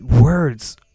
words